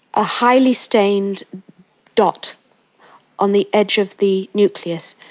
a highly stained dot on the edge of the nucleus,